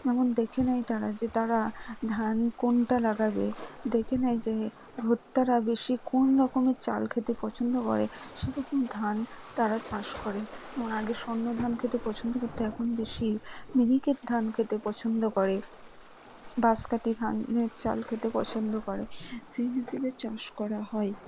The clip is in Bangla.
যেমন দেখে নেয় তারা যে তারা ধান কোনটা লাগাবে দেখে নেয় যে ভোক্তারা বেশি কোন রকমে চাল খেতে পছন্দ করে সেরকম ধান তারা চাষ করে আগে স্বর্ণ ধান খেতে পছন্দ করতো এখন বেশি মিনিকেট ধান খেতে পছন্দ করে বাঁশকাঠি ধানের চাল খেতে পছন্দ করে সেই হিসেবে চাষ করা হয়